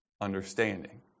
understanding